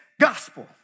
gospel